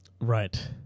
Right